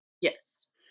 Yes